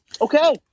Okay